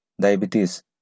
Diabetes